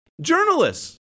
Journalists